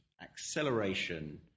acceleration